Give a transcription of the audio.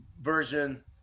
version